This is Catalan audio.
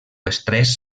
estrès